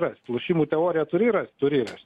rast lošimų teoriją turi rast turi rast